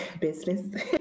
business